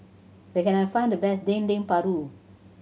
where can I find the best Dendeng Paru